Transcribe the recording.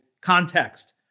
context